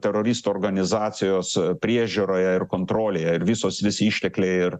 teroristų organizacijos priežiūroje ir kontrolėje ir visos visi ištekliai ir